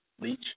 leach